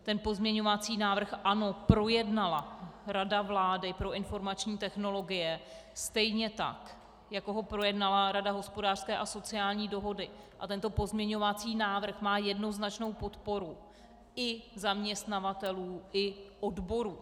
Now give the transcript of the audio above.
Ten pozměňovací návrh, ano, projednala Rada vlády pro informační technologie, stejně tak jako ho projednala Rada hospodářské a sociální dohody a tento pozměňovací návrh má jednoznačnou podporu i zaměstnavatelů i odborů.